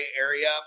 area